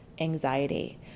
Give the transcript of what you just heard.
anxiety